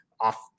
off